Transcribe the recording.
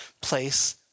place